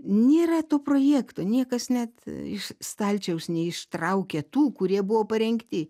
nėra to projekto niekas net iš stalčiaus neištraukė tų kurie buvo parengti